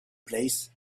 place